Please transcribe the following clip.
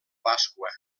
pasqua